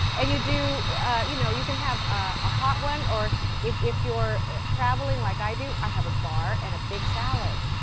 and you do you know, you can have a hot one or if if you're traveling like i do, i have a bar and a big salad.